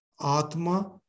atma